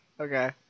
Okay